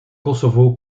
kosovo